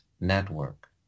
network